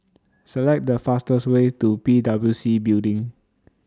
Select The fastest Way to P W C Building